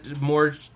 more